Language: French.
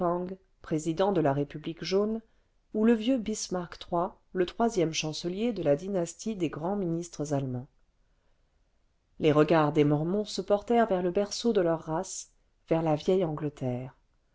président de la république jaune ou le vieux bismark iii le troisième chancelier de la dynastie des grands ministres allemands les regards des mormons se portèrent vers le berceau de leur race vers la vieille angleterre